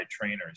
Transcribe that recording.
trainers